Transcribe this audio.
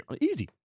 Easy